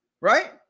right